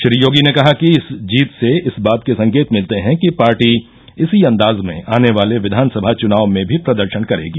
श्री योगी ने कहा कि इस जीत से इस बात के संकेत मिलते हैं कि पार्टी इसी अंदाज में आने वाले विधानसभा चुनाव में भी प्रदर्शन करेगी